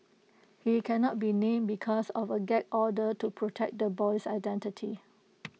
he cannot be named because of A gag order to protect the boy's identity